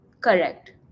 Correct